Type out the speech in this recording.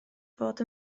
fod